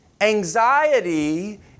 anxiety